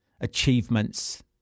achievements